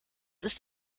ist